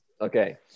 okay